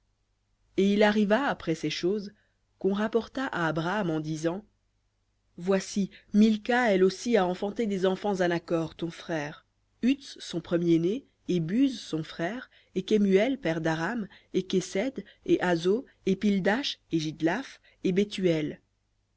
et il arriva après ces choses qu'on rapporta à abraham en disant voici milca elle aussi a enfanté des enfants à nakhor ton frère uts son premier-né et buz son frère et kemuel père daram et késed et hazo et pildash et jidlaph et bethuel